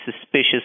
suspicious